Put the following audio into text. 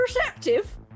Perceptive